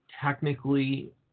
technically